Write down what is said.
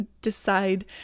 decide